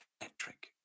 electric